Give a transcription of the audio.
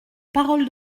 parole